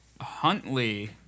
Huntley